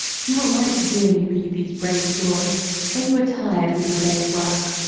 you will like to hear me read these brave stories when you are tired with your day's work,